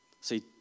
See